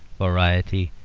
variety,